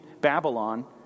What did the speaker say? Babylon